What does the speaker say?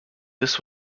this